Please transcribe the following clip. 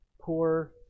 poor